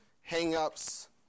hang-ups